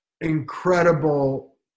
incredible